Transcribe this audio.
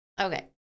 Okay